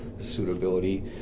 suitability